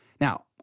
Now